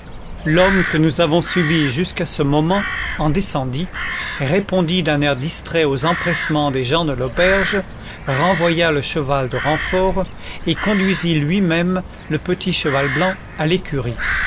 l'homme que nous avons suivi jusqu'à ce moment en descendit répondit d'un air distrait aux empressements des gens de l'auberge renvoya le cheval de renfort et conduisit lui-même le petit cheval blanc à l'écurie